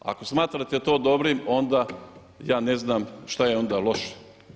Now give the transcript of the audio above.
Ako smatrate to dobrim, onda ja ne znam šta je onda loše.